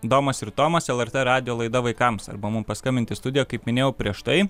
domas ir tomas lrt radijo laida vaikams arba mum paskambinti į studiją kaip minėjau prieš tai